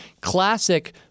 classic